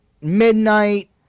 midnight